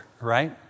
right